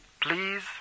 Please